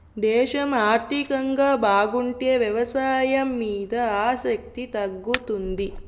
దేశం ఆర్థికంగా బాగుంటే వ్యవసాయం మీద ఆసక్తి తగ్గుతుంది